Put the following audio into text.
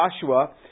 Joshua